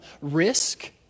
risk